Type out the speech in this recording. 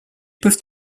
peuvent